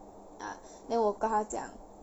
uh then 我跟他讲